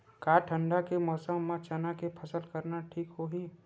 का ठंडा के मौसम म चना के फसल करना ठीक होही?